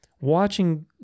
Watching